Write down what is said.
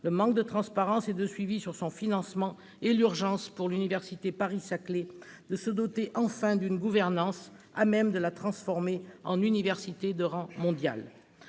le manque de transparence et de suivi pour ce qui concerne son financement et l'urgence, pour l'université Paris-Saclay, de se doter enfin d'une gouvernance à même de la transformer en université de rang mondial.